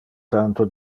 tanto